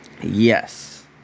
yes